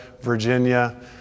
Virginia